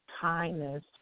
kindness